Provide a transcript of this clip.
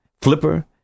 Flipper